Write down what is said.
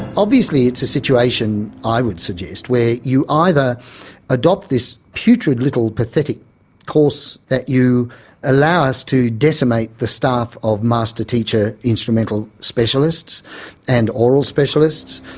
obviously it's a situation, i would suggest, where you either adopt this putrid little pathetic course, that you allow us to decimate the staff of master teacher instrumental specialists and aural specialists,